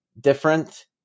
different